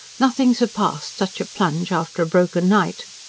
nothing surpassed such a plunge after a broken night.